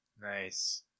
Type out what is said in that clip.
Nice